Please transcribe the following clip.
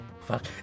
Fuck